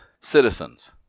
citizens